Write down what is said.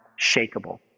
shakable